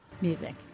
Music